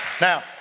Now